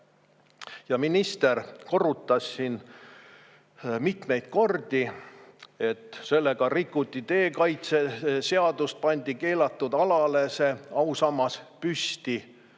minister korrutas siin mitmeid kordi, et sellega rikuti tee kaitse[vööndi nõudeid], pandi keelatud alale ausammas püsti.